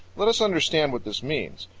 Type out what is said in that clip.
let us understand what this means.